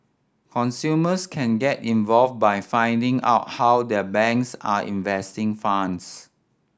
consumers can get involved by finding out how their banks are investing funds